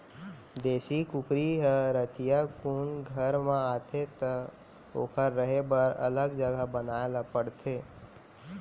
देसी कुकरी ह रतिहा कुन घर म आथे त ओकर रहें बर अलगे जघा बनाए ल परथे